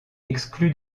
exclu